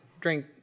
drink